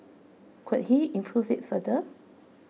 could he improve it further